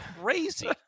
crazy